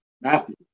Matthew